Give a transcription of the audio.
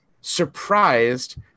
surprised